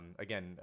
again